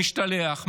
משתלח,